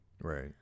Right